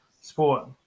sport